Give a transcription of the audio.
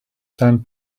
sand